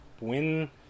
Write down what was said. win